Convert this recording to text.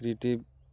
creative